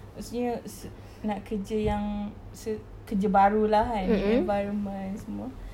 maksudnya se~ yang kerja yang se~ kerja baru lah kan environment semua